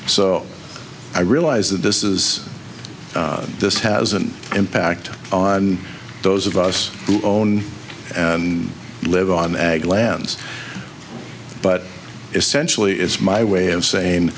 so i realize that this is this has an impact on those of us who own and live on ag lands but essentially it's my way of saying